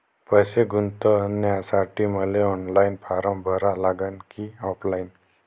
पैसे गुंतन्यासाठी मले ऑनलाईन फारम भरा लागन की ऑफलाईन?